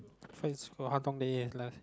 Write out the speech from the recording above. face for how long it has last